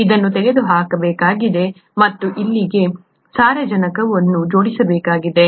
ಇದನ್ನು ತೆಗೆದುಹಾಕಬೇಕಾಗಿದೆ ಮತ್ತು ಇಲ್ಲಿಗೆ ಸಾರಜನಕವನ್ನು ಜೋಡಿಸಬೇಕಾಗಿದೆ